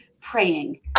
praying